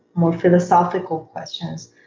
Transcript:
more philosophical questions,